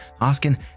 asking